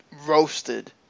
roasted